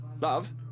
Love